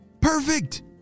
Perfect